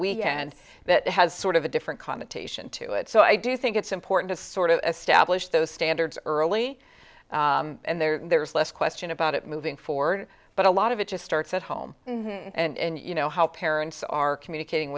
weekend that has sort of a different connotation to it so i do think it's important to sort of establish those standards early and there's less question about it moving forward but a lot of it just starts at home and you know how parents are communicating